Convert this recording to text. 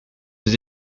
ses